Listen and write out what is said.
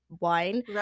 Wine